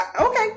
Okay